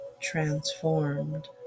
transformed